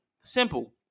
Simple